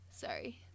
Sorry